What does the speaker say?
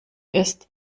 ist